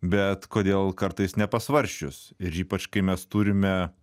bet kodėl kartais nepasvarsčius ir ypač kai mes turime